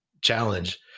challenge